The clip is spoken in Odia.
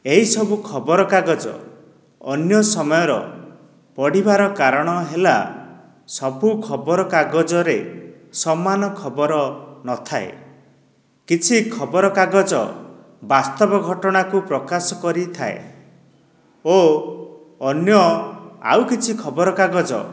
ଏହି ସବୁ ଖବର କାଗଜ ଅନ୍ୟ ସମୟର ପଢ଼ିବାର କାରଣ ହେଲା ସବୁ ଖବର କାଗଜରେ ସମାନ ଖବର ନଥାଏ କିଛି ଖବର କାଗଜ ବାସ୍ତବ ଘଟଣାକୁ ପ୍ରକାଶ କରିଥାଏ ଓ ଅନ୍ୟ ଆଉ କିଛି ଖବର କାଗଜ